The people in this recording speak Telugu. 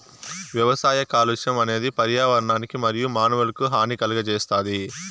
వ్యవసాయ కాలుష్యం అనేది పర్యావరణానికి మరియు మానవులకు హాని కలుగజేస్తాది